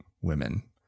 women